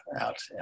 out